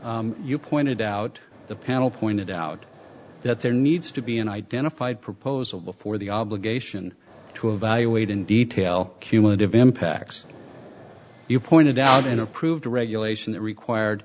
remember you pointed out the panel pointed out that there needs to be an identified proposal before the obligation to evaluate in detail cumulative impacts you pointed out and approved a regulation that required